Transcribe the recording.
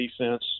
defense